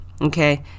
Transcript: okay